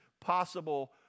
possible